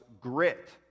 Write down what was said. grit